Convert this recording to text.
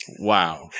Wow